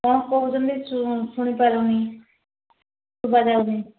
କ'ଣ କହୁଛନ୍ତି ଶୁଣିପାରୁନି ଶୁଭା ଯାଉନି